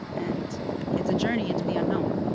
and it's a journey into the unknown.